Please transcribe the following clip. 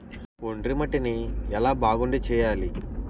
ఒండ్రు మట్టిని ఎలా బాగుంది చేయాలి?